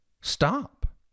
stop